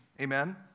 Amen